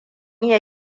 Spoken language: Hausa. iya